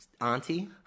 Auntie